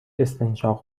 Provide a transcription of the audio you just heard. استنشاق